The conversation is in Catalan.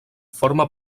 forma